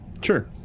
sure